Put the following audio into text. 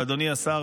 אדוני השר,